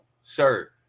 sir